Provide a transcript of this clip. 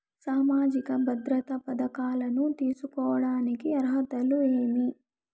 సామాజిక భద్రత పథకాలను తీసుకోడానికి అర్హతలు ఏమి?